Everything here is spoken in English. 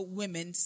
women